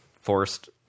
forced